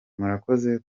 murakoze